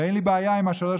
ואין לי בעיה עם ה-3.25%.